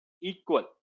equal